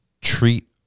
treat